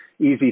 easy